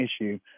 issue